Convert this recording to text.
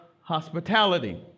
hospitality